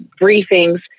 briefings